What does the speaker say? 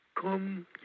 Come